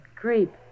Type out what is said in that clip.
Creep